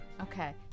Okay